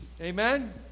Amen